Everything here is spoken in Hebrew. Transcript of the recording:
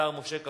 השר משה כחלון.